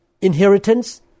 inheritance